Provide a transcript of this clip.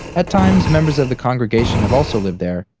at times, members of the congregation have also lived there.